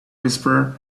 whisperer